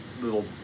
little